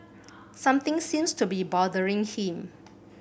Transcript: something seems to be bothering him